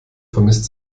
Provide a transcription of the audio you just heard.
vermisst